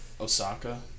Osaka